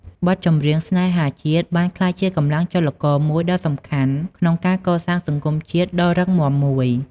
បទចម្រៀងស្នេហាជាតិបានក្លាយជាកម្លាំងចលករមួយដ៏សំខាន់ក្នុងការកសាងសង្គមជាតិដ៏រឹងមាំមួយ។